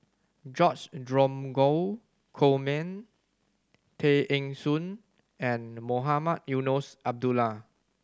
George Dromgold Coleman Tay Eng Soon and Mohamed Eunos Abdullah